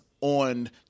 on